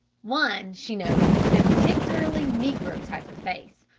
one she noticed with a particularly negro type of face,